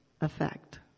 effect